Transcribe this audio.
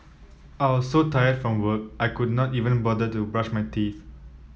I was so tired from work I could not even bother to brush my teeth